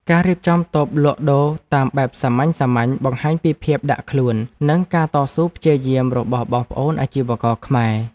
ការរៀបចំតូបលក់ដូរតាមបែបសាមញ្ញៗបង្ហាញពីភាពដាក់ខ្លួននិងការតស៊ូព្យាយាមរបស់បងប្អូនអាជីវករខ្មែរ។